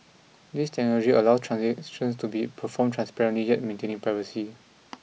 this technology allows transactions to be performed transparently yet maintaining privacy